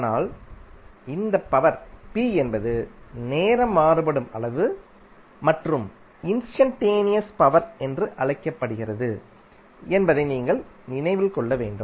ஆனால் இந்த power p என்பது நேரம் மாறுபடும் அளவு மற்றும் இன்ஸ்டன்டேனியஸ் பவர் என்று அழைக்கப்படுகிறது என்பதை நீங்கள் நினைவில் கொள்ள வேண்டும்